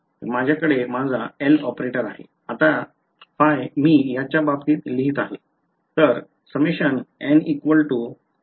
तर माझ्याकडे माझा L ऑपरेटर आहे आता phi मी याच्या बाबतीत लिहित आहे